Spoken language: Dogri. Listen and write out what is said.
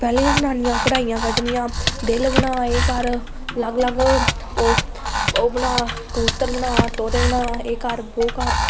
पैह्लें जनानियें कढ़ाइयां कड्ढनियां दिल बना एह् कर अलग अलग ओह् बना कबूतर बना तोते बना एह् कर बो कर